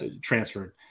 transferred